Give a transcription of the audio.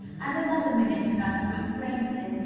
and another minute enough to explain to him,